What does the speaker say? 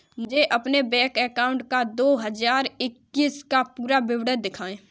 मुझे अपने bank account का दो हज़ार इक्कीस का पूरा विवरण दिखाएँ?